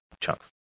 chunks